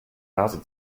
nase